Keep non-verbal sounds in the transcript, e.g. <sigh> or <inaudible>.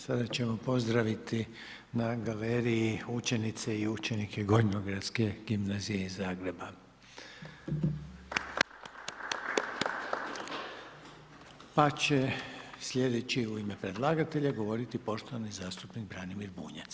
Sada ćemo pozdraviti na galeriji učenice i učenike Gornjogradske gimnazije iz Zagreba. <applause> Pa će sljedeći u ime predlagatelja govoriti poštovani zastupnik Branimir Bunjac.